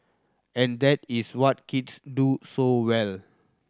and that is what kids do so well